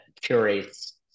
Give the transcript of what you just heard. curates